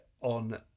on